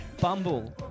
Bumble